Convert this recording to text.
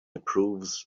improves